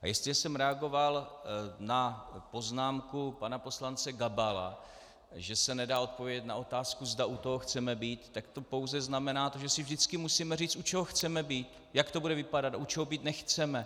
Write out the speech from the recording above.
A jestliže jsem reagoval na poznámku pana poslance Gabala, že se nedá odpovědět na otázku, zda u toho chceme být, tak to pouze znamená to, že si vždycky musíme říct, u čeho chceme být, jak to bude vypadat, a u čeho být nechceme.